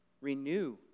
renew